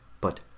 But